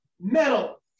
metal